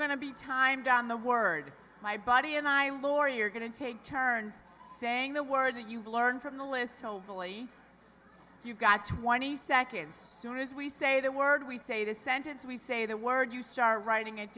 to be time down the word my buddy and i laurie are going to take turns saying the word that you've learned from the list hopefully you've got twenty seconds soon as we say the word we say the sentence we say that word you start writing it